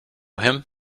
him